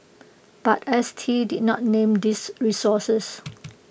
but S T did not name these sources